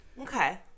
okay